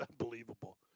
unbelievable